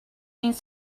needs